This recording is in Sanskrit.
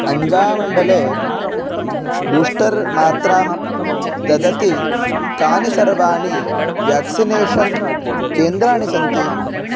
अञ्जामण्डले बूस्टर् मात्रां ददति कानि सर्वाणि व्याक्सिनेषन् केन्द्राणि सन्ति